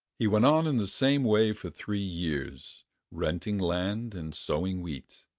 he went on in the same way for three years renting land and sowing wheat.